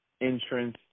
entrance